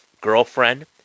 girlfriend